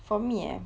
for me eh